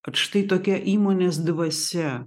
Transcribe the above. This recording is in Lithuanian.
vat štai tokia įmonės dvasia